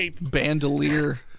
bandolier